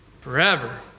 Forever